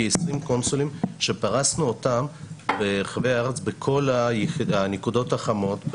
כ-20 קונסולים שפרסנו ברחבי הארץ בכל הנקודות החמות,